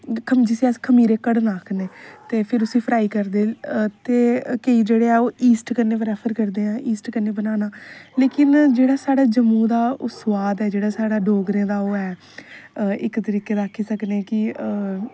जिसी अस खमीरे कढ़ना आक्खने ते फिर उसी फ्राई करदे ते केईं जेहडे़ ऐ ओह् इस्ट कन्नै प्रैफर करदे ऐ इस्ट कन्नै बनाना लेकिन जेहड़ा साढ़े जम्मू दा स्बाद ऐ जेहड़ा साढ़ा डोगरें दा ओह् ऐ इक तरीके दा आक्खी सकने कि